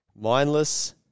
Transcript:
Mindless